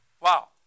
Wow